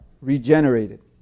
regenerated